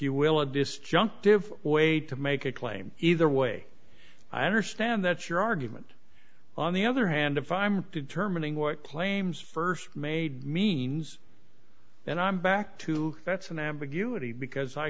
you will a disjunctive way to make a claim either way i understand that's your argument on the other hand if i'm not determining what claims st made means and i'm back to that's an ambiguity because i